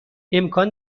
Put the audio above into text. امکان